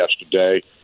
yesterday